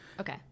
Okay